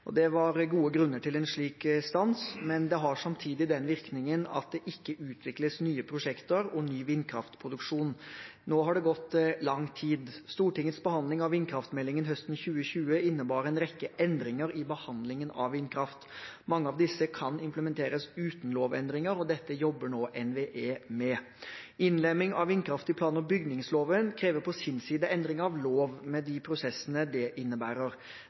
Det var gode grunner til en slik stans, men det har samtidig den virkningen at det ikke utvikles nye prosjekter og ny vindkraftproduksjon. Nå har det gått lang tid. Stortingets behandling av vindkraftmeldingen høsten 2020 innebar en rekke endringer i behandlingen av vindkraft. Mange av disse kan implementeres uten lovendringer, og dette jobber nå NVE med. Innlemming av vindkraft i plan- og bygningsloven krever på sin side endring av lov, med de prosessene det innebærer.